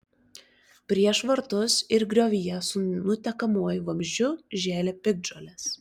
prieš vartus ir griovyje su nutekamuoju vamzdžiu žėlė piktžolės